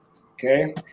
Okay